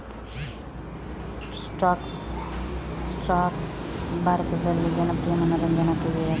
squash ಭಾರತದಲ್ಲಿ ಜನಪ್ರಿಯ ಮನರಂಜನಾ ಕ್ರೀಡೆಯಾಗಿದೆ